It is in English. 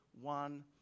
one